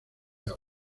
agua